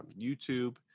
YouTube